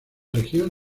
región